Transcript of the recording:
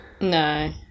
No